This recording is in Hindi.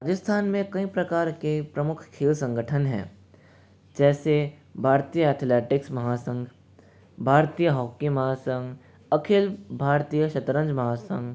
राजस्थान में कई प्रकार के प्रमुख खेल संगठन हैं जैसे भारतीय एथलेटिक्स महासंघ भारतीय हॉकी महासंघ अखिल भारतीय शतरन्ज महासंघ